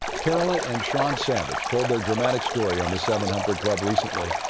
carolyn and sean savage told their dramatic story on the seven hundred club recently.